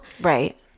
right